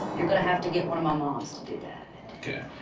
you're gonna have to get one of my moms to do that. okay.